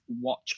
watch